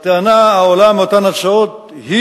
הטענה העולה מאותן הצעות היא